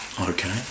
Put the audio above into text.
Okay